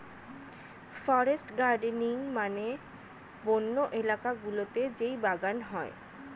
forest gardening মানে বন্য এলাকা গুলোতে যেই বাগান হয়